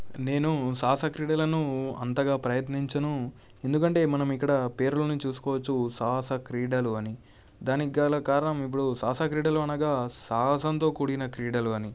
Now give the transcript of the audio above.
నేను సాహస క్రీడలను అంతగా ప్రయత్నించను ఎందుకంటే మనం ఇక్కడ పేరులోనే చూసుకోవచ్చు సాహస క్రీడలు అని దానికి గల కారణం ఇప్పుడు సాహస క్రీడలు అనగా సాహసంతో కూడిన క్రీడలు అని